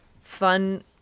fun